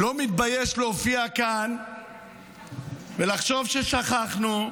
הוא לא מתבייש להופיע כאן ולחשוב ששכחנו.